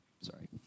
sorry